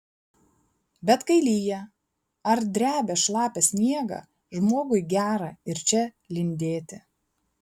bet kai lyja ar drebia šlapią sniegą žmogui gera ir čia lindėti